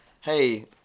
hey